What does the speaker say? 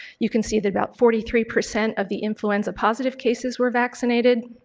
you can see that about forty three percent of the influenza positive cases were vaccinated,